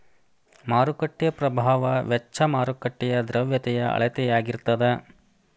ಮಾರುಕಟ್ಟೆ ಪ್ರಭಾವ ವೆಚ್ಚ ಮಾರುಕಟ್ಟೆಯ ದ್ರವ್ಯತೆಯ ಅಳತೆಯಾಗಿರತದ